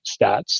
stats